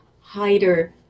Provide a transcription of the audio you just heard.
hider